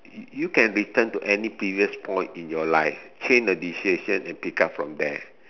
you you can return to any previous point in your life change the decision and pick up from there